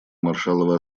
маршалловы